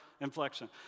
inflection